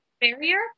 barrier